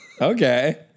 Okay